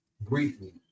briefly